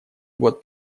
год